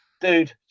Dude